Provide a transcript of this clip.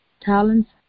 talents